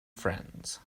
friends